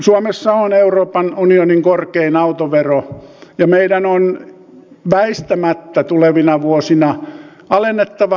suomessa on euroopan unionin korkein autovero ja meidän on väistämättä tulevina vuosina alennettava autoveroa